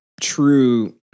true